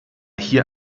hier